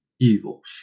Evil